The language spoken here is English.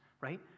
right